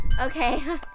Okay